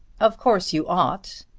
of course you ought.